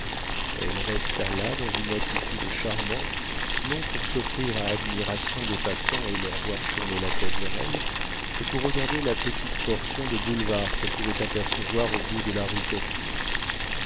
elle resta là dans une attitude charmante non pour s'offrir à l'admiration des passants et leur voir tourner la tête vers elle mais pour regarder la petite portion de boulevard qu'elle pouvait apercevoir au bout de la rue